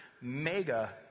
mega